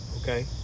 Okay